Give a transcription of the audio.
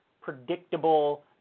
predictable